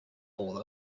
all